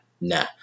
nah